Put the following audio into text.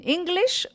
English